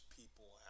people